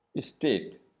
state